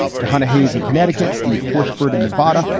johanna hayes in connecticut. steve horsford in nevada.